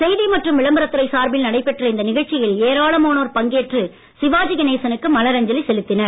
செய்தி மற்றும் விளம்பரத் துறை சார்பில் நடைபெற்ற இந்த நிகழ்ச்சியில் ஏராளமானோர் பங்கேற்று சிவாஜிகணேசனுக்கு மலரஞ்சலி செலுத்தினர்